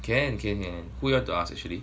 can can can who you want to ask actually